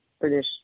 British